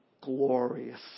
glorious